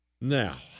Now